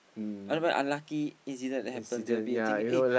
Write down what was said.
whatever unlucky incident that happen they will be thinking eh